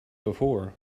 before